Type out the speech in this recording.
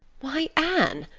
why, anne,